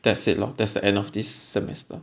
that's it lor that's the end of this semester